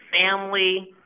family